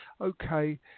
Okay